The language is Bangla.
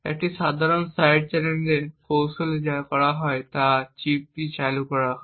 একটি সাধারণ সাইড চ্যানেল কৌশলে যা করা হয় তা হল চিপটি চালু করা হয়